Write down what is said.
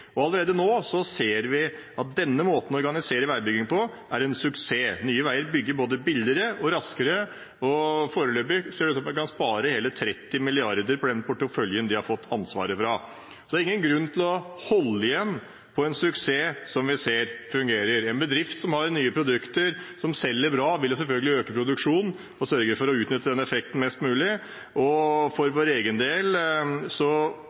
langsiktig. Allerede nå ser vi at denne måten å organisere veibygging på er en suksess. Nye Veier bygger både billigere og raskere. Foreløpig ser det ut til at man kan spare hele 30 mrd. kr på den porteføljen de har fått ansvaret for. Det er ingen grunn til å holde igjen på en suksess som vi ser fungerer. En bedrift som har nye produkter, som selger bra, vil selvfølgelig øke produksjonen og sørge for å utnytte den effekten mest mulig.